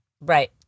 right